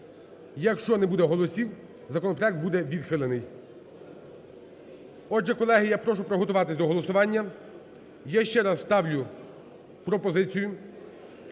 Якщо не буде голосів, законопроект буде відхилений. Отже, колеги, я прошу приготуватись до голосування. Я ще раз ставлю пропозицію